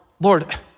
Lord